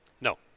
No